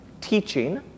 teaching